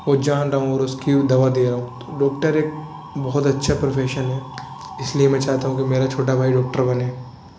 وہ جان رہا ہوں اور اس کی دوا دے رہا ہوں تو ڈاکٹر ایک بہت اچھا پروفیشن ہے اس لیے میں چاہتا ہوں کہ میرا چھوٹا بھائی ڈاکٹر بنے